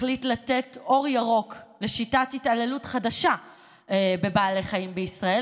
החליט לתת אור ירוק לשיטת התעללות חדשה בבעלי חיים בישראל,